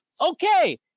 Okay